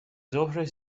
ظهرش